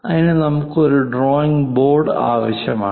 അതിന് നമുക്ക് ഒരു ഡ്രോയിംഗ് ബോർഡ് ആവശ്യമാണ്